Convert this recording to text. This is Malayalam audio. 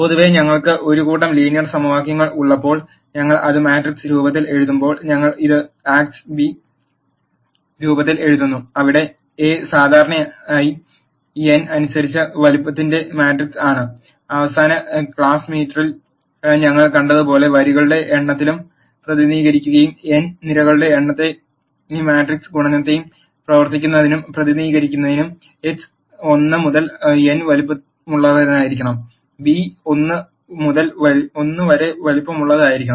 പൊതുവേ ഞങ്ങൾക്ക് ഒരു കൂട്ടം ലീനിയർ സമവാക്യങ്ങൾ ഉള്ളപ്പോൾ ഞങ്ങൾ അത് മാട്രിക്സ് രൂപത്തിൽ എഴുതുമ്പോൾ ഞങ്ങൾ ഇത് ആക്സ് b രൂപത്തിൽ എഴുതുന്നു അവിടെ എ സാധാരണയായി n അനുസരിച്ച് വലുപ്പത്തിന്റെ മാട്രിക്സ് ആണ് അവസാന ക്ലാസ് മീറ്ററിൽ ഞങ്ങൾ കണ്ടതുപോലെ വരികളുടെ എണ്ണത്തെ പ്രതിനിധീകരിക്കുകയും n നിരകളുടെ എണ്ണത്തെയും മാട്രിക്സ് ഗുണനം പ്രവർത്തിക്കുന്നതിനും പ്രതിനിധീകരിക്കും x 1 മുതൽ n വലുപ്പമുള്ളതായിരിക്കണം ബി 1 വരെ വലുപ്പമുള്ളതായിരിക്കണം